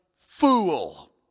fool